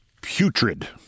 putrid